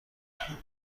جالبه